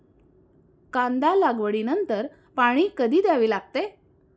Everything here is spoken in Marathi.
कांदा लागवडी नंतर पाणी कधी द्यावे लागते?